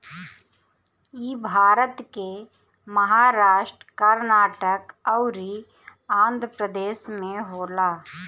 इ भारत के महाराष्ट्र, कर्नाटक अउरी आँध्रप्रदेश में होला